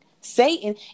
Satan